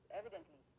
evidently